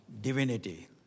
divinity